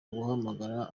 guhamagara